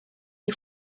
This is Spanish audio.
lie